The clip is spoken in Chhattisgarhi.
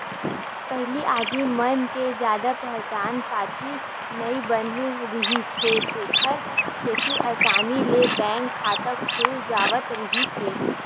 पहिली आदमी मन के जादा पहचान पाती नइ बने रिहिस हे तेखर सेती असानी ले बैंक खाता खुल जावत रिहिस हे